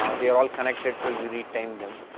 um they are all connected, so you retain them.